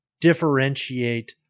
differentiate